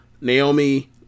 Naomi